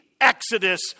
exodus